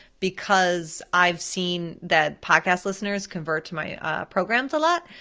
because i've seen that podcast listeners convert to my programs a lot,